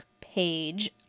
page